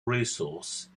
resource